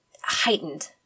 heightened